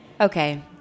Okay